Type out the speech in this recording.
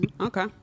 Okay